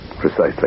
Precisely